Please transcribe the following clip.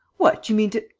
what, you mean to.